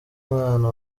umwana